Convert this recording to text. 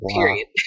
Period